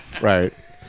right